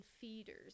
feeders